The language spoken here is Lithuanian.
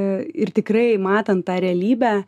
ir tikrai matant tą realybę